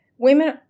Women